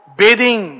bathing